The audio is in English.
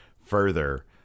further